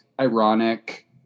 ironic